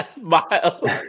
Miles